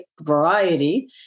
variety